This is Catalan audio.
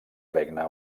regne